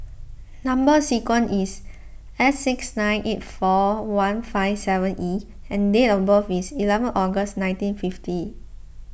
Number Sequence is S six nine eight four one five seven E and date of birth is eleven August nineteen fifty